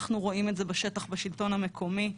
אנחנו רואים את זה בשטח בשלטון המקומי.